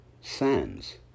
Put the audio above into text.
Sands